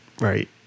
Right